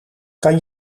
kan